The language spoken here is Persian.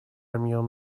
میان